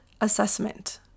assessment